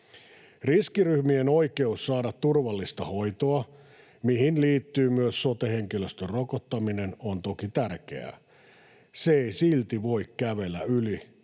Riskiryhmien oikeus saada turvallista hoitoa, mihin liittyy myös sote-henkilöstön rokottaminen, on toki tärkeää. Se ei silti voi kävellä yli